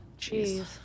jeez